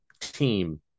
team